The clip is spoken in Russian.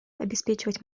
обеспечивать